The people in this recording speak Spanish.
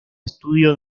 estudio